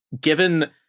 given